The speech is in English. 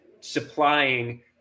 supplying